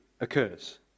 occurs